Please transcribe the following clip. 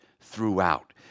throughout